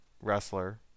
wrestler